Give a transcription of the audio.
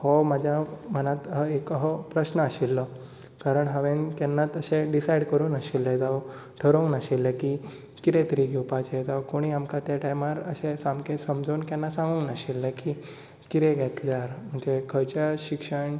हो म्हज्या मनांत अहो असो एक प्रस्न आशिल्लो कारण केन्नाच हांवेन अशें डीसायड करूंक नाशिल्लें जावं थारावंक नाशिल्लें की कितें तरी घेवपाचें जावं कोणी आमका त्या टायमार अशें सामकें समजोवन केन्ना सांगूंक नाशिल्लें की कितें घेतल्यार म्हणजे खंयच्या शिक्षण